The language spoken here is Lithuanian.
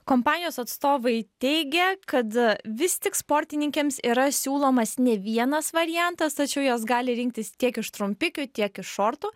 kompanijos atstovai teigia kad vis tik sportininkėms yra siūlomas ne vienas variantas tačiau jos gali rinktis tiek iš trumpikių tiek iš šortų